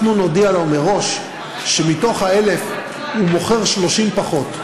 אנחנו נודיע לו מראש שמה-1,000 הוא מוכר 30 פחות.